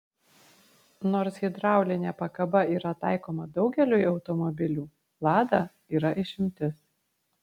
nors hidraulinė pakaba yra taikoma daugeliui automobilių lada yra išimtis